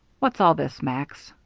what's all this, max?